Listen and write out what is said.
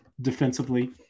defensively